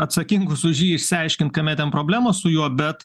atsakingus už jį išsiaiškint kame ten problemos su juo bet